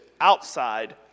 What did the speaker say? outside